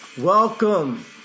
welcome